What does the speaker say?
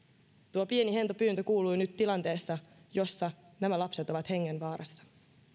tuo pieni hento pyyntö kuului nyt tilanteessa jossa nämä lapset ovat hengenvaarassa